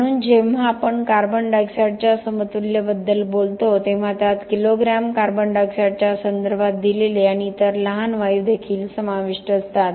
म्हणून जेव्हा आपण कार्बन डाय ऑक्साईडच्या समतुल्यतेबद्दल बोलतो तेव्हा त्यात किलोग्रॅम कार्बन डाय ऑक्साईडच्या संदर्भात दिलेले आणि इतर लहान वायू देखील समाविष्ट असतात